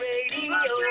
Radio